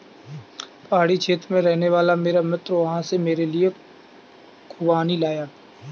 पहाड़ी क्षेत्र में रहने वाला मेरा मित्र वहां से मेरे लिए खूबानी लाया